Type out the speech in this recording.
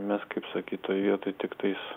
mes kaip sakyt toj vietoj tiktais